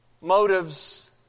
Motives